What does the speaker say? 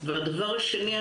הדבר השני,